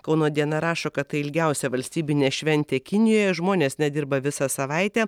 kauno diena rašo kad tai ilgiausia valstybinė šventė kinijoje žmonės nedirba visą savaitę